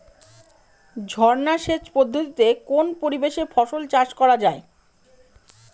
ঝর্না সেচ পদ্ধতিতে কোন পরিবেশে ফসল চাষ করা যায়?